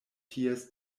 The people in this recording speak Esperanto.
ties